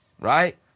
Right